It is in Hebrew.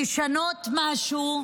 לשנות משהו?